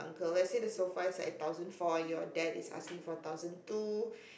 uncle and let's say the sofa is like a thousand four and your dad is asking for a thousand two